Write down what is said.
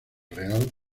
real